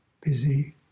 busy